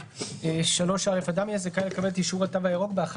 "אופן קבלת אישור "תו ירוק" ובדיקתו במקום ציבורי